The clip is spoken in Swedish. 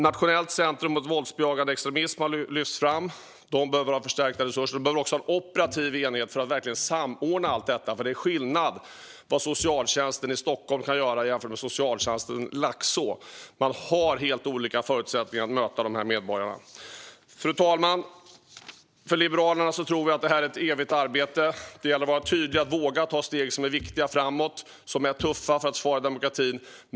Nationellt centrum mot våldsbejakande extremism har lyfts fram. Det behöver förstärkta resurser och även en operativ enhet för att verkligen samordna allt detta, för det är skillnad på vad socialtjänsten i Stockholm kan göra jämfört med socialtjänsten i Laxå. Man har helt olika förutsättningar att möta dessa medborgare. Fru talman! Vi i Liberalerna tror att detta är ett evigt arbete. Det gäller att vara tydlig och våga ta tuffa steg framåt som är viktiga för att försvara demokratin.